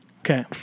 Okay